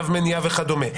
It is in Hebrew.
צו מניעה וכדומה.